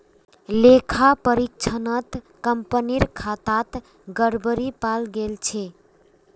लेखा परीक्षणत कंपनीर खातात गड़बड़ी पाल गेल छ